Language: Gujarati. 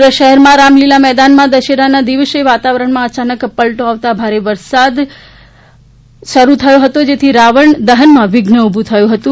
સુરત શહેરમાં રામલીલા મેદાનમાં દશેરાના દિવસે વાતાવરણમાં અયાનક પલટો આવતા ભારે વરસાદ સાથે ધોધમાર વરસાદ શરૂ થયો હતો જેથી રાવણ દહન માં વિઘ્ન ઊભું થયું હતું